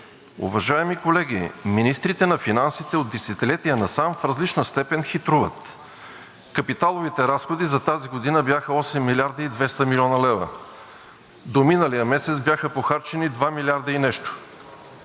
Уважаеми колеги, министрите на финансите от десетилетия насам в различна степен хитруват. Капиталовите разходи за тази година бяха 8 млрд. и 200 млн. лв. До миналия месец бяха похарчени два милиарда и нещо.